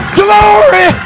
glory